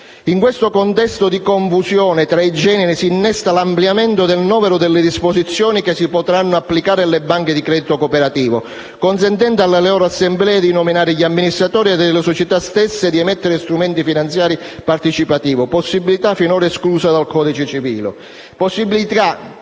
In questo contesto di confusione tra i generi si innesta l'ampliamento del novero delle disposizioni che si potranno applicare alle banche di credito cooperativo, consentendo alle loro assemblee di nominare gli amministratori e alle società stesse di emettere strumenti finanziari partecipativi, possibilità finora escluse dal codice civile;